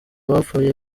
bapfuye